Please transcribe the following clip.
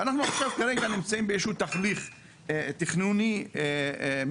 ואנחנו עכשיו כרגע נמצאים באיזשהו תהליך תכנוני מתקדם.